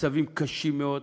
מצבים קשים מאוד,